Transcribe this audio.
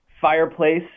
fireplace